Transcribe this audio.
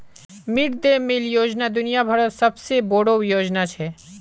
mid day meal योजना दुनिया भरत सबसे बोडो योजना छे